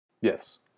Yes